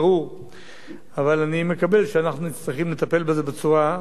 אבל אני מקבל שאנחנו צריכים לטפל בזה בצורה הנבונה ביותר האפשרית.